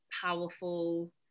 powerful